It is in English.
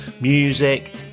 music